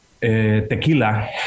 tequila